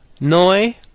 noi